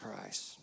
Christ